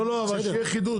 לא לא אבל שיהיה חידוד,